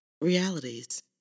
realities